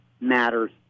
matters